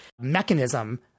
mechanism